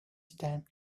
stand